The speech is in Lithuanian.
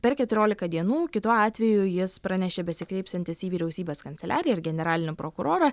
per keturiolika dienų kitu atveju jis pranešė besikreipsiantis į vyriausybės kanceliariją ir generalinį prokurorą